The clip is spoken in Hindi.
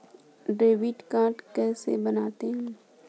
डेबिट कार्ड कैसे बनता है?